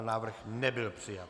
Návrh nebyl přijat.